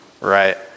Right